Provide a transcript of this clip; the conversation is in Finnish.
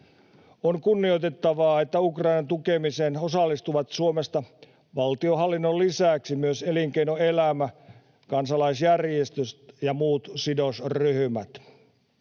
On kunnioitettavaa, että Ukrainan tukemiseen osallistuvat Suomesta valtionhallinnon lisäksi myös elinkeinoelämä, kansalaisjärjestöt ja muut sidosryhmät.